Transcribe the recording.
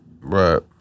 Right